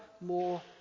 more